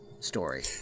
Story